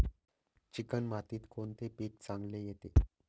Chicken मातीत कोणते पीक चांगले येते?